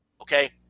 okay